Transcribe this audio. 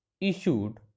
issued